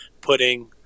putting